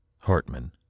Hartman